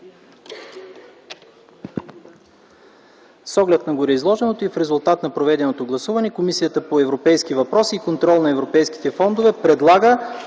С оглед на гореизложеното и в резултат на проведеното гласуване, Комисията по европейските въпроси и контрол на европейските фондове предлага